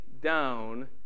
down